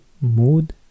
Mood